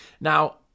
Now